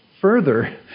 further